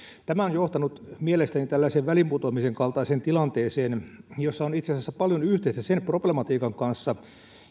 tämä on johtanut mielestäni väliinputoamisen kaltaiseen tilanteeseen jolla on itse asiassa paljon yhteistä sen problematiikan kanssa